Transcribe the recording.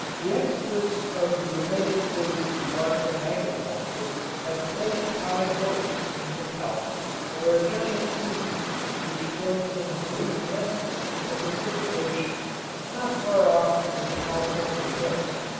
the experts of the united states department of agriculture have placed high hopes in the kelp or giant seaweed which floats in great masses in the pacific ocean not far off from the california coast.